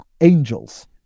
angels